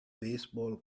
baseball